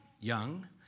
Young